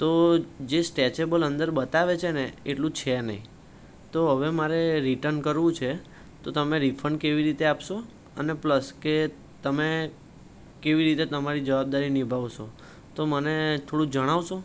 તો જે સ્ટ્રેચેબલ અંદર બતાવે છે ને એટલું છે નહીં તો હવે મારે રીટર્ન કરવું છે તો તમે રિફંડ કેવી રીતે આપશો અને પ્લસ કે તમે કેવી રીતે તમારી જવાબદારી નિભાવશો તો મને થોડું જણાવશો